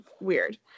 Weird